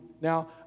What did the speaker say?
Now